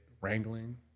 wrangling